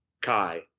Kai